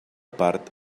part